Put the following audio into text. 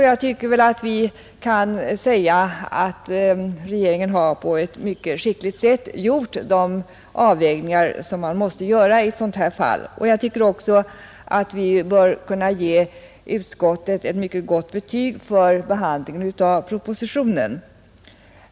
Jag tycker att vi väl kan säga att regeringen på ett mycket skickligt sätt har gjort de avvägningar som måste göras i ett sådant här fall, Jag anser också att vi bör kunna ge utskottet ett mycket gott betyg för behandlingen av propositionen.